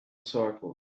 circle